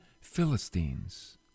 Philistines